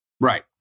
Right